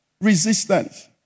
resistance